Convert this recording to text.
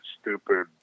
stupid